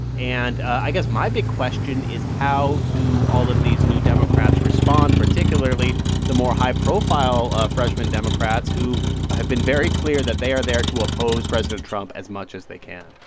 and i guess my big question is, how do all of these new democrats respond, particularly the more high-profile ah freshman democrats who have been very clear that they are there to oppose president trump as much as they can?